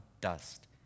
dust